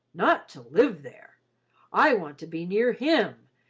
not to live there i want to be near him,